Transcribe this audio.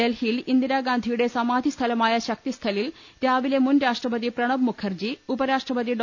ഡൽഹി യിൽ ഇന്ദിരാഗാന്ധിയുടെ സമാധി സ്ഥലമായ ശക്തിസ്ഥലിൽ രാവിലെ മുൻ ്രാഷ്ട്രപതി പ്രണബ് മുഖർജി ഉപരാഷ്ട്രപതി ഡോ